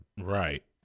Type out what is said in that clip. Right